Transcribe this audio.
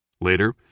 Later